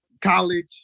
college